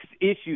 issues